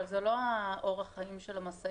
אבל זה לא אורך החיים של המשאית.